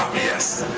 yes.